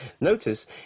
Notice